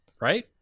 Right